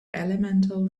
elemental